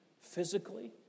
physically